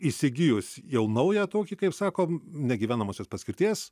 įsigijus jau naują tokį kaip sakom negyvenamosios paskirties